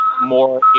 more